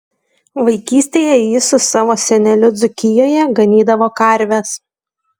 vaikystėje jis su savo seneliu dzūkijoje ganydavo karves